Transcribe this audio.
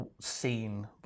seen